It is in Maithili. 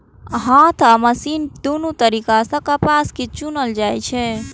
हाथ आ मशीन दुनू तरीका सं कपास कें चुनल जाइ छै